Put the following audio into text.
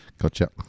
gotcha